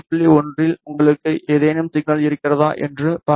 1 இல் உங்களுக்கு ஏதேனும் சிக்னல் இருக்கிறதா என்று பார்ப்போம்